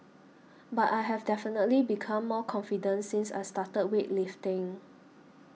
but I have definitely become more confident since I started weightlifting